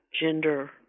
gender